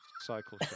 cycle